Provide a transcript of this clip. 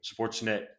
Sportsnet